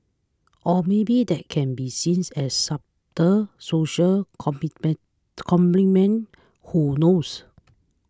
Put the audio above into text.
or maybe that can be seen as subtle social commentary commentary who knows